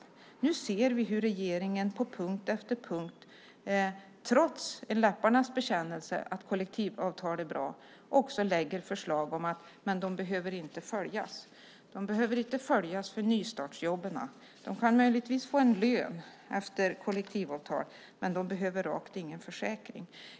Men nu ser vi hur regeringen på punkt efter punkt, trots en läpparnas bekännelse om att kollektivavtal är bra, lägger fram förslag om att de inte behöver följas när det gäller nystartsjobben. Möjligtvis kan de berörda få lön efter kollektivavtal, men de behöver rakt ingen försäkring.